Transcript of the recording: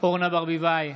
אורנה ברביבאי,